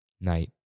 Night